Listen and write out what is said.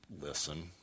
listen